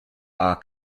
are